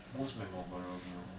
most my memorable meal